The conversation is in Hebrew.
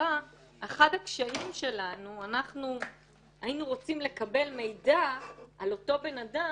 ואמרה שהם היו רוצים לקבל עוד מידע על אותו בן אדם.